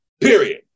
period